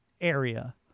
area